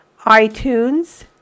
iTunes